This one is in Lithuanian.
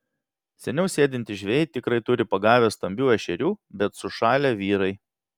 seniau sėdintys žvejai tikrai turi pagavę stambių ešerių bet sušalę vyrai